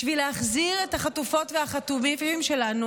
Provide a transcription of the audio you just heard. בשביל להחזיר את החטופות והחטופים שלנו